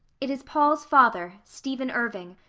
it is paul's father. stephen irving.